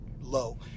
low